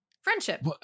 Friendship